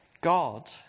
God